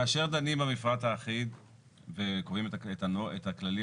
כאשר דנים במפרט האחיד וקוראים את הכללים